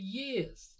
years